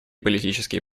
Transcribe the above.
политические